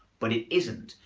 but it isn't.